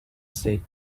sit